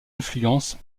influence